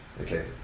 Okay